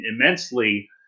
immensely